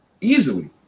easily